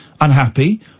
unhappy